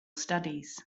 studies